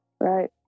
Right